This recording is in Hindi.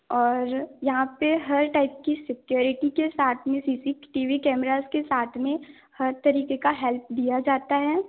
और यहाँ पर हर टाइप की सिक्योरिटी के साथ में C C T V cameras के साथ में हर तरीके का हेल्प दिया जाता है